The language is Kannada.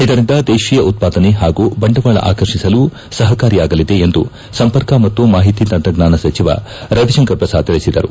ಇದರಿಂದ ದೇಶೀಯ ಉತ್ತಾದನೆ ಪಾಗೂ ಬಂಡವಾಳ ಆಕರ್ಷಿಸಲು ಸಪಕಾರಿಯಾಗಲಿದೆ ಎಂದು ಸಂಪರ್ಕ ಮತ್ತು ಮಾಹಿತಿ ತಂತ್ರಜ್ಞಾನ ಸಚಿವ ರವಿಶಂಕರ್ ಪ್ರಸಾದ್ ತಿಳಿಸಿದರು